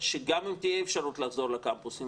שגם אם תהיה אפשרות לחזור לקמפוסים,